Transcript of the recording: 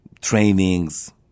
trainings